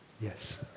Yes